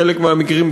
בחלק מהמקרים,